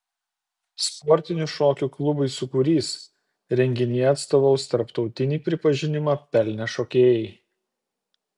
sportinių šokių klubui sūkurys renginyje atstovaus tarptautinį pripažinimą pelnę šokėjai